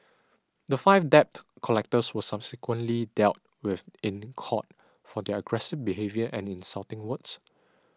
the five debt collectors were subsequently dealt with in court for their aggressive behaviour and insulting words